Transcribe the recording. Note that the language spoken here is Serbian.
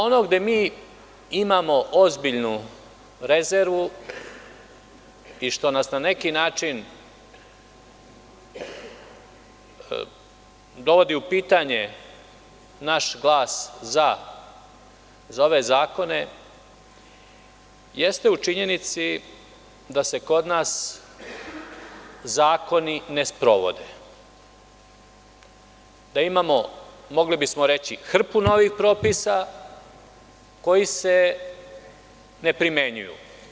Ono gde mi imamo ozbiljnu rezervu i što na neki način dovodi u pitanje naš glas „za“ za ove zakone jeste u činjenici da se kod nas zakoni ne sprovode, da imamo, mogli bismo reći, hrpu novih propisa koji se ne primenjuju.